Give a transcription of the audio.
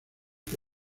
que